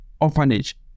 orphanage